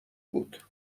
بود